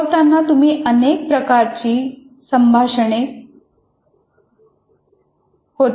शिकवताना तुमची अनेक प्रकारची संभाषणे होतात